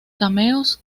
cameos